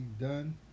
done